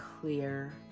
clear